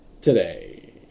today